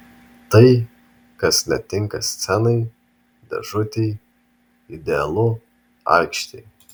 tai kas netinka scenai dėžutei idealu aikštei